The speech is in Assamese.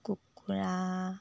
কুকুৰা